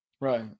right